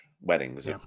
weddings